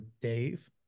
dave